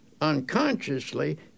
Unconsciously